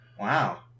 Wow